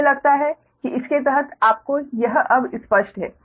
मुझे लगता है कि इसके तहत आपको यह अब स्पष्ट है